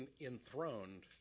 enthroned